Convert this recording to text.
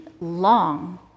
long